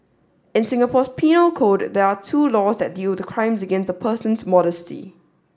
in Singapore's penal code there are two laws that deal with crimes against a person's modesty